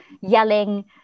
yelling